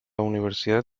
universidad